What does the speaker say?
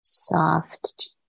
Soft